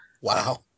Wow